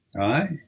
Aye